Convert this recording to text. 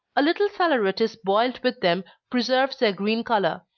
a little saleratus boiled with them preserves their green color,